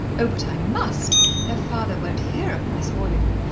oh, but i must! their father won't hear of my spoilin' them.